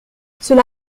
cela